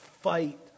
fight